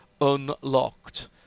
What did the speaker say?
unlocked